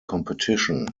competition